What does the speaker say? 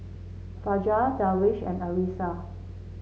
Fajar Darwish and Arissa